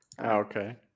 Okay